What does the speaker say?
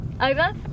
Over